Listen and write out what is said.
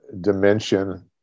Dimension